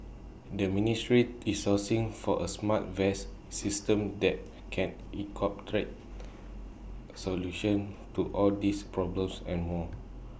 the ministry is sourcing for A smart vest system that can incorporate solutions to all these problems and more